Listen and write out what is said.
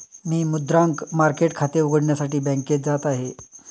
मी मुद्रांक मार्केट खाते उघडण्यासाठी बँकेत जात आहे